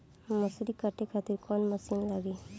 मसूरी काटे खातिर कोवन मसिन लागी?